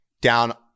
down